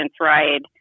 ride